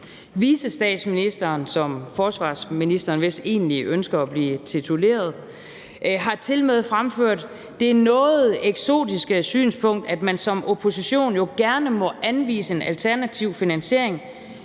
Vicestatsministeren, som forsvarsministeren vist egentlig ønsker at blive tituleret, har tilmed fremført det noget eksotiske synspunkt, at man som opposition jo gerne må anvise en alternativ finansiering,